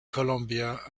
colombia